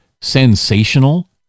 sensational